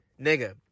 Nigga